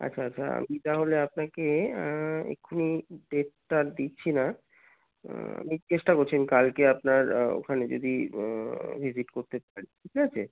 আচ্ছা আচ্ছা আমি তাহলে আপনাকে এক্ষুনি ডেটটা দিচ্ছি না নি চেষ্টা করছেন কালকে আপনার ওখানে যদি ভিজিট করতে পারেন ঠিক আছে